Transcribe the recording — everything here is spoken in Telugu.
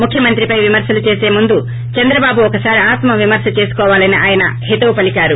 ముఖ్యమంత్రిపై విమర్పలు చేసే ముందు చంద్రబాబు ఒకసారి ఆత్మవిమర్ప చేసుకోవాలని ఆయన హితవు పలికారు